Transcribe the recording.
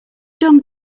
done